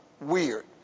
weird